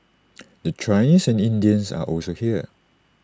the Chinese and Indians are also here